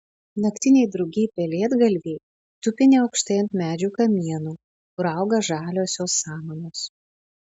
naktiniai drugiai pelėdgalviai tupi neaukštai ant medžių kamienų kur auga žaliosios samanos